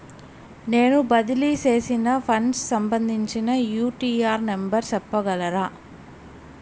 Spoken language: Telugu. నేను బదిలీ సేసిన ఫండ్స్ సంబంధించిన యూ.టీ.ఆర్ నెంబర్ సెప్పగలరా